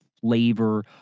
flavor